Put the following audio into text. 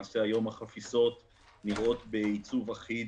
החפיסות היום נראות בעיצוב אחיד,